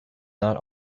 not